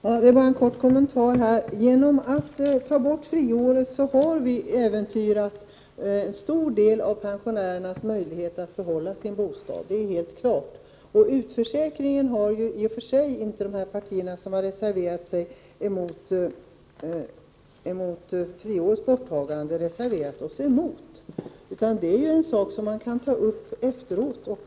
Herr talman! Bara en kort kommentar. Genom att ta bort friåret har vi äventyrat en stor del av pensionärernas möjlighet att behålla sin bostad — det är helt klart. Och de här partierna som reserverat sig mot friårets borttagande har inte i och för sig reserverat sig mot utförsäkringen. Det är en sak som man kan ta upp efteråt.